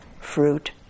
fruit